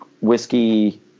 whiskey